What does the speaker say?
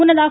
முன்னதாக